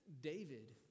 David